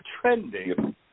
trending